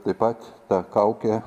taip pat ta kaukė